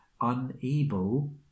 Unable